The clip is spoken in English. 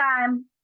time